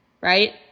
right